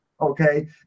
okay